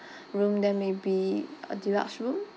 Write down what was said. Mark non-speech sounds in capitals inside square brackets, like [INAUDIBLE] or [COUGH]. [BREATH] room then maybe a deluxe room